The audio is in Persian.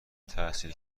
تحصیل